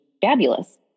fabulous